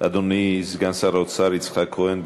אדוני סגן שר האוצר יצחק כהן.